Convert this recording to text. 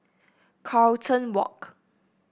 Carlton Walk